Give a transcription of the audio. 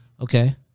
Okay